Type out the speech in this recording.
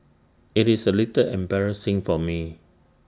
IT is A little embarrassing for me